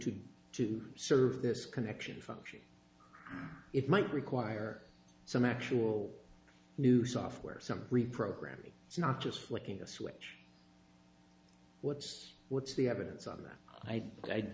me to serve this connection function it might require some actual new software some reprogramming it's not just flicking a switch what's what's the evidence on that i